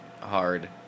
hard